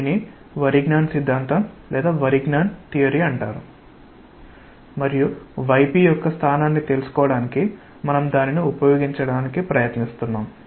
దీనిని వరిగ్నాన్ సిద్ధాంతం అంటారు మరియు ypయొక్క స్థానాన్ని తెలుసుకోవడానికి మనం దానిని ఉపయోగించడానికి ప్రయత్నిస్తాము